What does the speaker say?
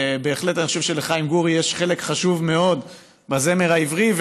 ואני בהחלט חושב שלחיים גורי יש חלק חשוב מאוד בזמר העברי,